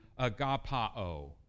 agapao